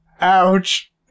Ouch